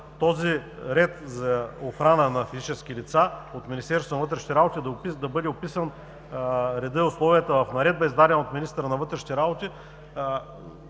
условията за охрана на физически лица от Министерството на вътрешните работи да бъде описан в наредба, издадена от министъра на вътрешните работи,